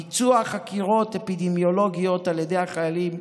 ביצוע חקירות אפידמיולוגיות על ידי החיילים,